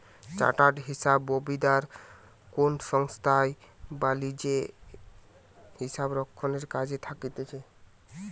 chartered হিসাববিদরা কোনো সংস্থায় বা লিজে হিসাবরক্ষণের কাজে থাকতিছে